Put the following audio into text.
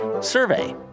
survey